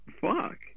fuck